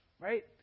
right